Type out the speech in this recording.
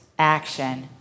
action